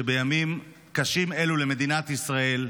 שבימים קשים אלו למדינת ישראל,